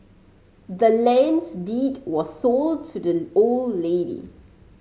the land's deed was sold to the old lady